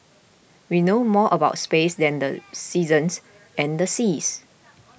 we know more about space than the seasons and the seas